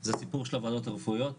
זה הסיפור של הועדות הרפואיות,